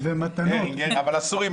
אבל מאוד קצר.